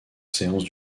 séances